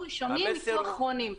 נפגעו ראשונים, יצאו אחרונים.